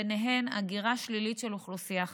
ובהן הגירה שלילית של אוכלוסייה חזקה.